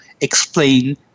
explain